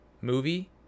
movie